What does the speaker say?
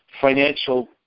financial